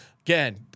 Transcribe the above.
Again